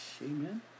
Amen